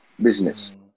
business